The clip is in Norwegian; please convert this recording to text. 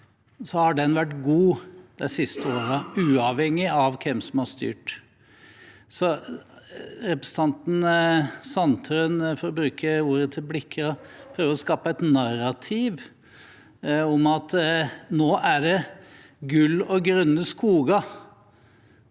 den har vært god de siste årene, uavhengig av hvem som har styrt. Representanten Sandtrøen prøver – for å bruke ordet til Blikra – å skape et narrativ om at nå er det gull og grønne skoger,